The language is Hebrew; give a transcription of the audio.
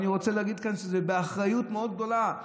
ואני רוצה להגיד כאן שזה באחריות מאוד גדולה.